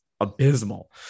abysmal